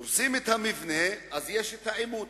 כאשר הורסים מבנה נוצר עימות.